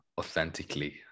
authentically